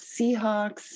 Seahawks